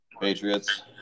Patriots